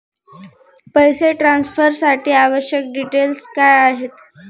पैसे ट्रान्सफरसाठी आवश्यक डिटेल्स काय आहेत?